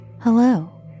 Hello